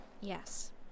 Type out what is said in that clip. Yes